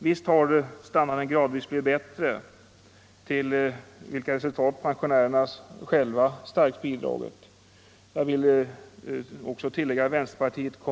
Visst har standarden gradvis blivit bättre — ett resultat som pensionärerna själva starkt har bidragit till.